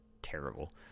Terrible